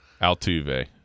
Altuve